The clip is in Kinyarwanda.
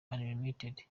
unlimited